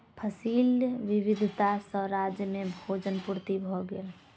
फसिल विविधता सॅ राज्य में भोजन पूर्ति भ गेल